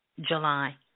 July